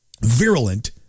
virulent